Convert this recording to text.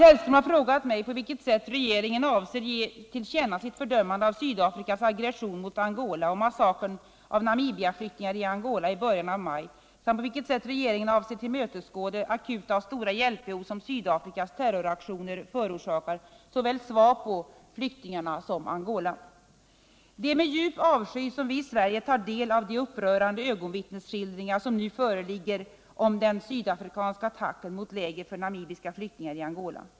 Det är med djup avsky som vi i Sverige tar del av de upprörande ögonvittnesskildringar som nu föreligger om den sydafrikanska attacken mot läger för namibiska flyktingar i Angola.